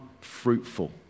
fruitful